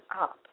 up